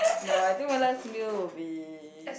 no I think my last meal would be